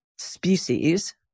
species